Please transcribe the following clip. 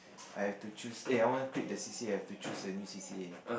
I have to choose eh I want quit the c_c_a I have to choose a new c_c_a